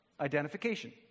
identification